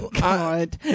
God